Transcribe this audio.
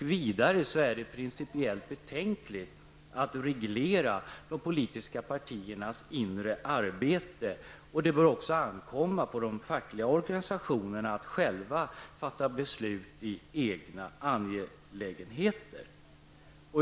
Vidare är det principiellt betänkligt att reglera de politiska partiernas inre arbete. Det bör också ankomma på de fackliga organisationerna att själva fatta beslut i egna angelägenheter.